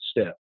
step